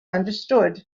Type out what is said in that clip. understood